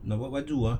nak buat baju ah